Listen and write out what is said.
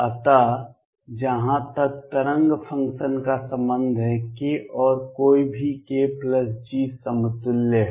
अत जहां तक तरंग फंक्शन का संबंध है k और कोई भी k G समतुल्य हैं